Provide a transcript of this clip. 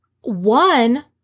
one